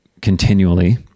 continually